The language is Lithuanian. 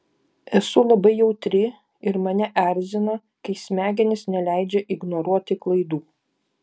esu labai jautri ir mane erzina kai smegenys neleidžia ignoruoti klaidų